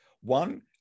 One